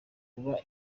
kuba